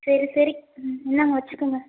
சரி சரி இந்தாங்க வச்சுக்குங்க